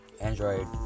Android